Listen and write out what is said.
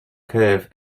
curve